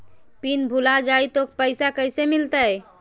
Pin भूला जाई तो पैसा कैसे मिलते?